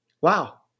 wow